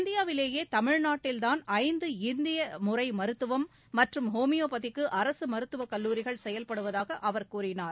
இந்தியாவிலேயே தமிழ்நாட்டில்தான் ஐந்து இந்திய முறை மருத்துவம் மற்றும் ஹோமியோபதிக்கு அரசு மருத்துவக் கல்லூரிகள் செயல்படுவதாக அவர் கூறினார்